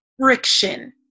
friction